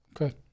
Okay